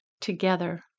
together